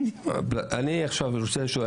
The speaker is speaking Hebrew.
אני עכשיו רוצה לשאול.